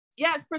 Yes